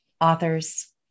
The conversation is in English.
authors